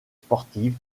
sportive